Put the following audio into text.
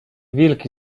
wilki